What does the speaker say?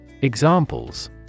Examples